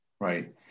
Right